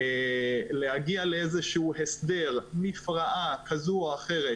להגיע לאיזשהו הסדר, מפרעה כזו או אחרת,